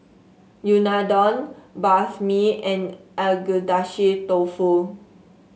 Unadon Banh Mi and Agedashi Dofu